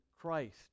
Christ